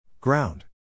Ground